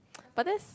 but that's